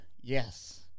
Yes